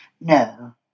No